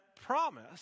promise